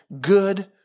good